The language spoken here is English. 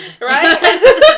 Right